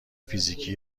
فیزیکی